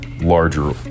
larger